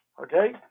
Okay